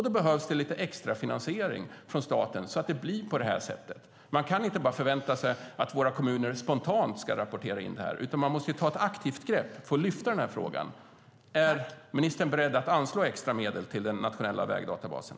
Då behövs det lite extra finansiering från staten, så att det blir så. Man kan inte bara förvänta sig att våra kommuner spontant ska rapportera in, utan man måste ta ett aktivt grepp för att lyfta fram frågan. Är ministern beredd att anslå extra medel till den nationella vägdatabasen?